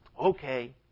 okay